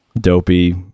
dopey